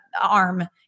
arm